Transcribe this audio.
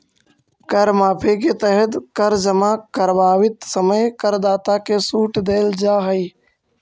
कर माफी के तहत कर जमा करवावित समय करदाता के सूट देल जाऽ हई